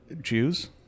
jews